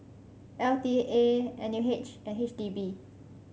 L T A N U H and H D B